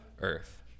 earth